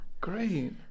great